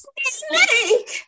snake